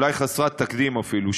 אולי חסרת תקדים אפילו.